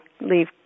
leave